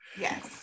Yes